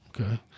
Okay